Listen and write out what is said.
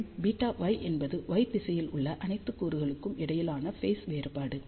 மற்றும் βy என்பது y திசையில் உள்ள அனைத்து கூறுகளுக்கும் இடையிலான ஃபேஸ் வேறுபாடு